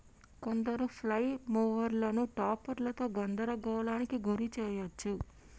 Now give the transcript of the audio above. కొందరు ఫ్లైల్ మూవర్లను టాపర్లతో గందరగోళానికి గురి చేయచ్చు